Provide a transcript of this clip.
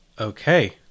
Okay